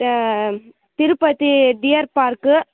Tirupati deer park